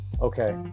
Okay